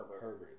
Herbert